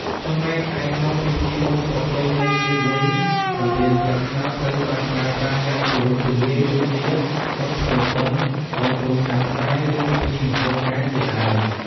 ចំណែកឯ ក្នុងពិធីបុណ្យប្រពៃណីជាតិវិញ កន្ទេលស្លឹកត្នោតត្រូវបានប្រើប្រាស់យ៉ាងទូលំទូលាយ ដូចជា បុណ្យភ្ជុំបិណ្ឌ បុណ្យចូលឆ្នាំខ្មែរ ឬពិធីមង្គលការ ជាដើម។